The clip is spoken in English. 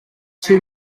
two